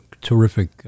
terrific